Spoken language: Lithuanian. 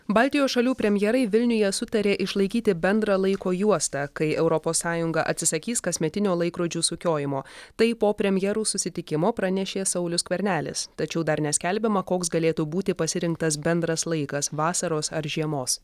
baltijos šalių premjerai vilniuje sutarė išlaikyti bendrą laiko juostą kai europos sąjunga atsisakys kasmetinio laikrodžių sukiojimo tai po premjerų susitikimo pranešė saulius skvernelis tačiau dar neskelbiama koks galėtų būti pasirinktas bendras laikas vasaros ar žiemos